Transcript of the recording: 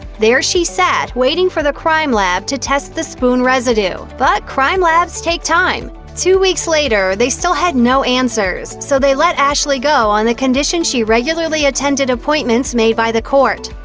there she sat, waiting for the crime lab to test the spoon residue, but crime labs take time. two weeks later they still had no answers, so they let ashley go on the condition she regularly attended appointments made by the court.